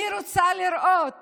אני רוצה לראות